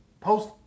post